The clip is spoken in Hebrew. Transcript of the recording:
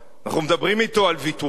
אנחנו מדברים אתו על ויתורים?